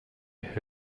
who